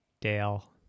Dale